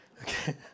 Okay